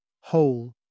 whole